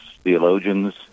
theologians